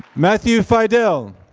matthew fidel.